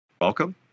welcome